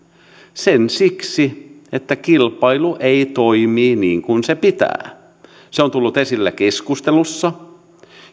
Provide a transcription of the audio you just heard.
siksi että kilpailu ei toimi niin kuin sen pitää se on tullut esille keskustelussa